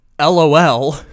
LOL